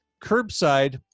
curbside